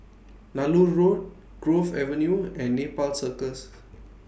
Nallur Road Grove Avenue and Nepal Circus